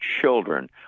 children